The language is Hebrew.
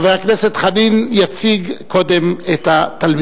חבר הכנסת חנין יציג את התלמידה.